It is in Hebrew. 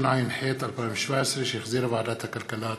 התשע"ח 2017, שהחזירה ועדת הכלכלה.